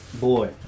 Boy